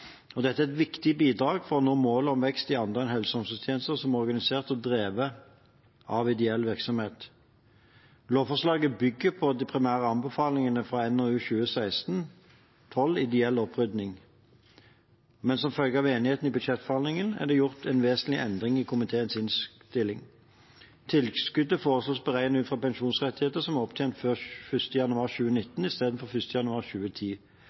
og sentre for foreldre og barn. Dette er et viktig bidrag til å nå målet om vekst i andelen helse- og omsorgstjenester som er organisert og drevet av ideell virksomhet. Lovforslaget bygger på de primære anbefalingene fra NOU 2016: 12 Ideell opprydding. Men som følge av enigheten i budsjettforhandlingene er det gjort en vesentlig endring i komiteens innstilling. Tilskuddet foreslås beregnet ut fra pensjonsrettigheter som er opptjent før 1. januar 2019, istedenfor 1. januar 2010.